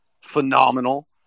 phenomenal